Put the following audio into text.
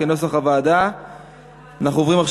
כנוסח הוועדה.